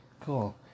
cool